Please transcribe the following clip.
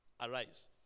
Arise